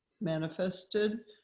manifested